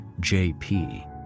JP